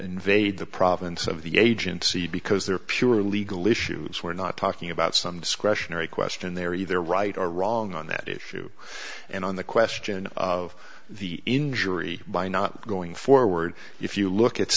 the province of the agency because they're purely legal issues we're not talking about some discretionary question they're either right or wrong on that issue and on the question of the injury by not going forward if you look at